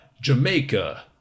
Jamaica